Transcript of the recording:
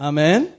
Amen